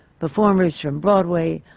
performers from broadway,